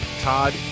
Todd